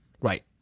Right